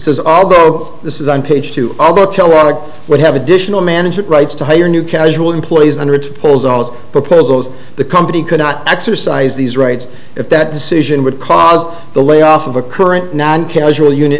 is although this is on page two although kellogg would have additional management rights to hire new casual employees under its pulls all those proposals the company could not exercise these rights if that decision would cause the layoff of a current not casual unit